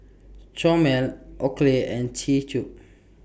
Chomel Oakley and C Cube